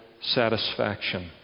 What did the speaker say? satisfaction